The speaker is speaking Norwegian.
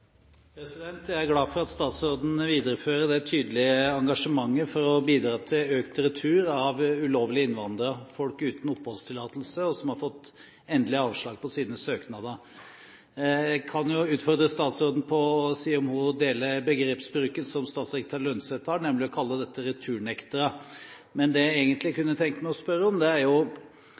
glad for at statsråden viderefører det tydelige engasjementet for å bidra til økt retur av ulovlige innvandrere, folk uten oppholdstillatelse og som har fått endelig avslag på sine søknader. Jeg kan jo utfordre statsråden på om hun deler begrepsbruken som statssekretær Lønseth har, nemlig å kalle dem for «returnektere». Men det er noe annet jeg egentlig kunne tenke meg å spørre om. I denne debatten – og stadig vekk – blir det